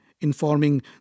informing